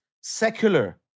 secular